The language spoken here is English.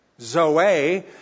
Zoe